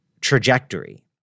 trajectory